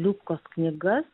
liubkos knygas